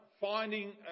finding